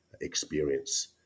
experience